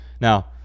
Now